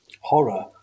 Horror